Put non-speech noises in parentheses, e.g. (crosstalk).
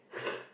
(laughs)